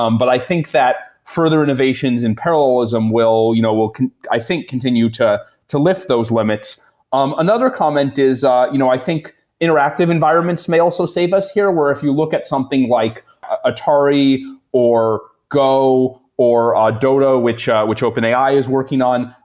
um but i think that further innovations in parallelism will you know will i think continue to to lift those limits um another comment is ah you know i think interactive environments may also save us here, where if you look at something something like atari or go, or ah dota, which ah which openai is working on,